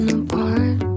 apart